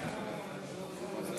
חוק בשבילכם,